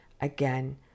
again